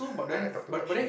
I I talk too much